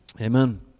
Amen